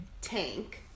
Tank